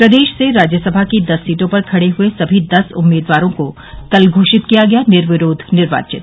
प्रदेश से राज्यसभा की दस सीटों पर खड़े हुए सभी दस उम्मीदवारों को कल घोषित किया गया निर्विरोध निर्वाचित